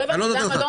לא הבנתי למה לא